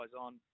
on